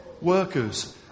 workers